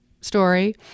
Story